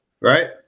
Right